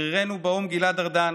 שגרירנו באו"ם גלעד ארדן,